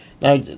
Now